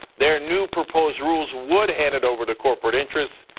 there new proposed rules would hand it over to corporate interest.